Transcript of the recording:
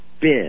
bid